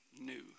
new